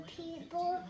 people